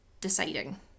deciding